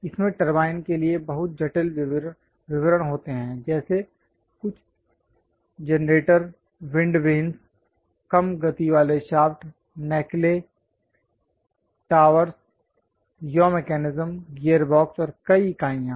इसमें टरबाइन के लिए बहुत जटिल विवरण होते हैं जैसे कुछ जनरेटर विंड वेन्स कम गति वाले shaft nacelle towers yaw mechanism gearbox और कई इकाइयाँ